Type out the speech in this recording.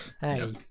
Hey